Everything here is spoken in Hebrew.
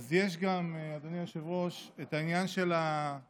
אז יש גם, אדוני היושב-ראש, את העניין של השיח.